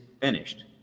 finished